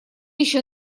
еще